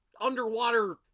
underwater